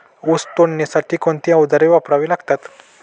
ऊस तोडणीसाठी कोणती अवजारे वापरावी लागतात?